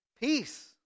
peace